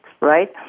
right